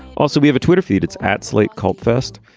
also, we have a twitter feed. it's at slate called fest.